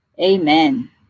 amen